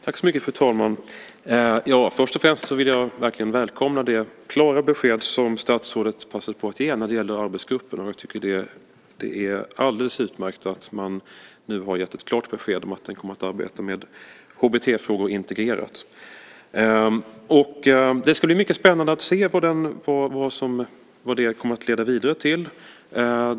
Fru talman! Först och främst vill jag verkligen välkomna det klara besked som statsrådet passade på att ge när det gäller arbetsgruppen. Det är alldeles utmärkt att man nu har gett ett klart besked om att den kommer att arbeta med HBT-frågor integrerat. Det ska bli mycket spännande att se vad detta kommer att leda vidare till.